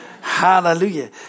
Hallelujah